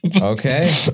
Okay